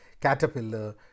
Caterpillar